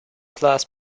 class